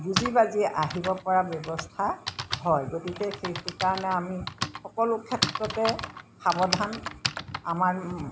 বুজি বাজি আহিব পৰা ব্যৱস্থা হয় গতিকে সেইকাৰণে আমি সকলো ক্ষেত্ৰতে সাৱধান আমাৰ